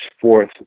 fourth